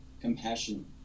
compassion